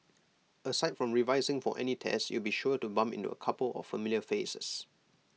aside from revising for any tests you'll be sure to bump into A couple of familiar faces